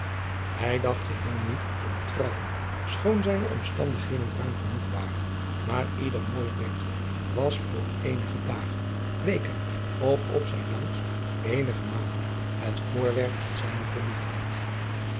hij dacht geheel niet om trouwen schoon zijne omstandigheden ruim genoeg waren maar ieder mooi bekje was voor eenige dagen weken of op zijn langst eenige maanden het voorwerp van zijne verliefdheid